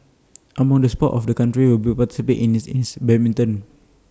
among the sports of the country will participate in is badminton